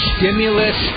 Stimulus